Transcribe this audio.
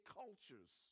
cultures